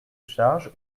charges